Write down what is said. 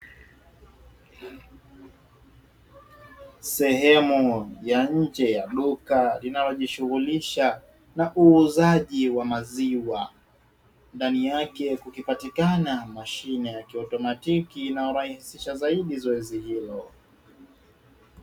Sehemu ya nje ya duka linalojishughulisha na uuzaji wa maziwa, ndani yake kukipatikana mashine ya kiautomatiki inayorahisisha zaidi zoezi hilo.